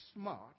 smart